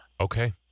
Okay